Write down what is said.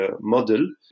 model